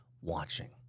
watching